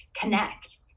connect